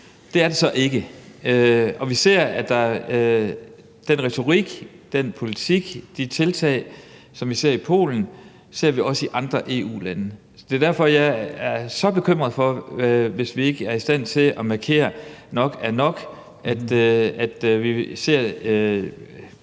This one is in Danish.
Det gør de så ikke, og den retorik, den politik og de tiltag, som vi ser i Polen, ser vi også i andre EU-lande. Det er derfor, jeg er så bekymret for, at vi ikke er i stand til at markere, at nok er